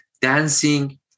dancing